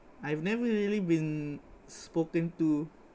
I've never really been spoken to